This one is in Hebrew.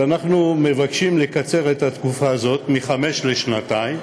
אנחנו מבקשים לקצר את התקופה הזאת מחמש לשנתיים.